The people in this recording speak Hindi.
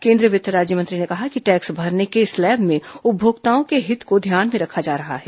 केंद्रीय वित्त राज्यमंत्री ने कहा कि टैक्स भरने के स्लैब में उपभोक्तओं के हित को ध्यान में रखा जा रहा है